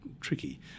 tricky